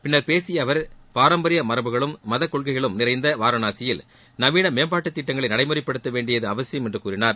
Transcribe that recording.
பின்னர் பேசிய அவர் பாரம்பரிய மரபுகளும் மத கொள்கைகளும் நிறைந்த வாரணாசியில் நவீன மேம்பாட்டுத் திட்டங்களை நடைமுறைப்படுத்த வேண்டியது அவசியம் என்று கூறினார்